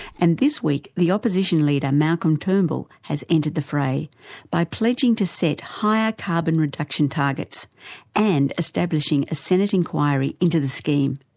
and this week the opposition leader, malcolm turnbull, has entered the fray by pledging to set higher carbon reduction targets and establishing a senate inquiry into the government